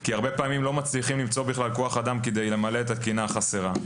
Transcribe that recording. כי הרבה פעמים בכלל לא מצליחים למצוא כוח אדם כדי למלא את התקינה החסרה.